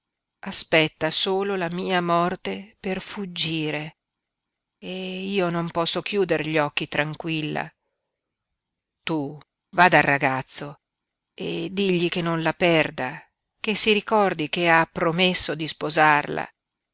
aspetta solo la mia morte per fuggire e io non posso chiuder gli occhi tranquilla tu va dal ragazzo e digli che non la perda che si ricordi che ha promesso di sposarla